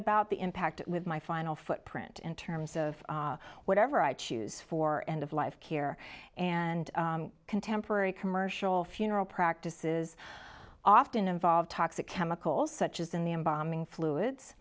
about the impact with my final footprint in terms of whatever i choose for end of life care and contemporary commercial funeral practices often involve toxic chemicals such as in the embalming fluid